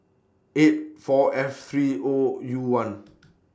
eight four three O U one